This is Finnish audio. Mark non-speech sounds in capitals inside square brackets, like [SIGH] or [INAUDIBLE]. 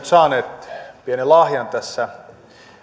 [UNINTELLIGIBLE] saaneet pienen lahjan tässä